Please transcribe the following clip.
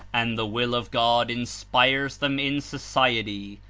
and the will of god inspires them in society,